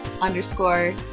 underscore